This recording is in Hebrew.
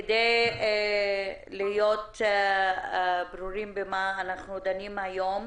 כדי להיות ברורים על מה אנחנו דנים היום,